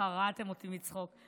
קרעתם אותי מצחוק.